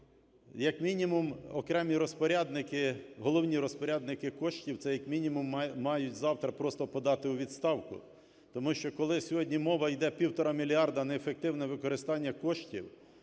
як мінімум, окремі розпорядники, головні розпорядники коштів, це як мінімум, мають завтра просто подати у відставку, тому що, коли сьогодні мова йде - півтора мільярда неефективне використання коштів,